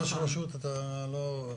בתור ראש רשות אתה לא --- לא,